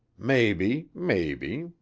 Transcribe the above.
maybe, maybe.